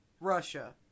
Russia